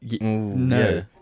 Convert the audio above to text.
No